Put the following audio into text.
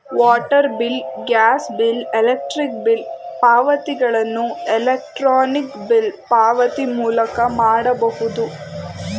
water bill, gas bill, electric bill ಪಾವತಿಗಳನ್ನು electronic bill ಪಾವತಿ ಮೂಲಕ ಮಾಡಬಹುದು